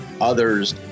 others